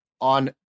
on